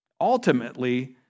Ultimately